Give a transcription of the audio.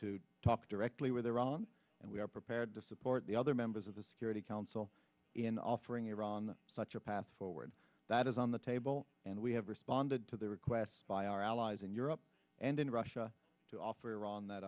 to talk directly with iran and we are prepared to support the other members of the security council in offering iran such a path forward that is on the table and we have responded to the request by our allies in europe and in russia to offer iran that